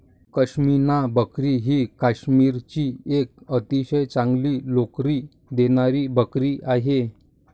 पश्मिना बकरी ही काश्मीरची एक अतिशय चांगली लोकरी देणारी बकरी आहे